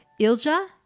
Ilja